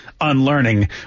Unlearning